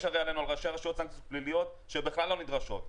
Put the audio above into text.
יש על ראשי הרשויות סנקציות פליליות שלא נדרשות בכלל,